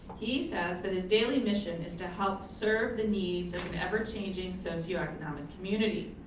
he says that his daily mission is to help serve the needs of an ever changing socio-economic community.